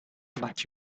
but